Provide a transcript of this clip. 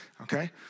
Okay